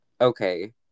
Okay